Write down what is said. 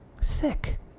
sick